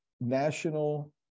national